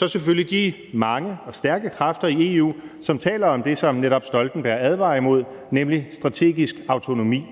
der selvfølgelig de mange og stærke kræfter i EU, som taler om det, som Stoltenberg netop advarer imod, nemlig strategisk autonomi,